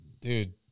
Dude